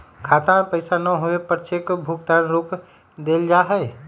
खाता में पैसा न होवे पर चेक भुगतान रोक देयल जा हई